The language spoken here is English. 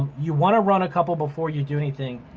you wanna run a couple before you do anything.